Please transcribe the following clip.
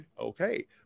okay